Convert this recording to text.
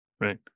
right